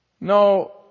No